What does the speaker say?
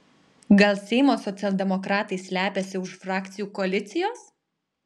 gal seimo socialdemokratai slepiasi už frakcijų koalicijos